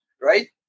Right